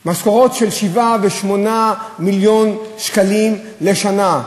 משכורות של 7 ו-8 מיליון שקלים לשנה.